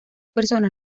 personas